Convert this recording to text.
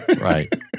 Right